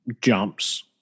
jumps